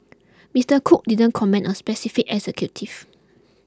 Mister Cook didn't comment on specific executives